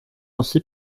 ainsi